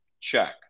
check